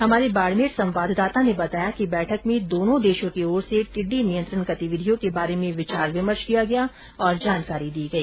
हमारे बाडमेर संवाददाता ने बताया कि बैठक में दोनो देशों की ओर से टिड़डी नियंत्रण गतिविधियों के बारे में विचार विमर्श किया गया और जानकारी दी गई